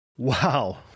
Wow